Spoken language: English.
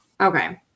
Okay